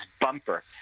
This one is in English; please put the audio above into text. Bumper